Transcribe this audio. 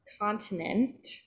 continent